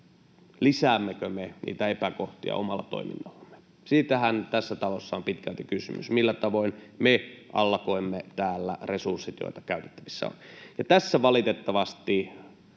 lisäämmekö me niitä epäkohtia omalla toiminnallamme. Siitähän tässä talossa on pitkälti kysymys, millä tavoin me allokoimme täällä resurssit, joita käytettävissä on.